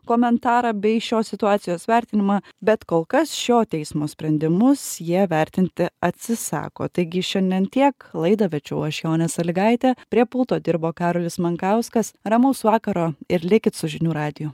komentarą bei šios situacijos vertinimą bet kol kas šio teismo sprendimus jie vertinti atsisako taigi šiandien tiek laidą vedžiau aš jonė salygaitė prie pulto dirbo karolis mankauskas ramaus vakaro ir likit su žinių radiju